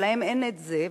אבל להם אין את זה,